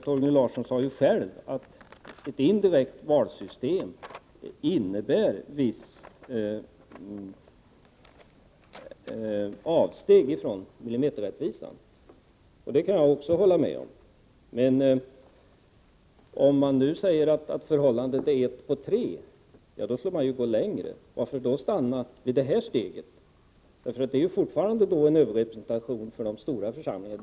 Torgny Larsson sade själv att ett indirekt valsystem innebär vissa avsteg från millimeterrättvisan. Det kan jag också hålla med om. Men om man nu säger att förhållandet är 1 på 3, skulle man ju gå längre. Varför skall man nöja sig med det, och inte ta steget fullt ut? Det är ju fortfarande fråga om en överrepresentation för de stora församlingarna.